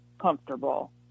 comfortable